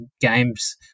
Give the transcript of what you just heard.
games